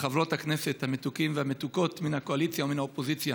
וחברות הכנסת המתוקים והמתוקות מן הקואליציה ומן האופוזיציה,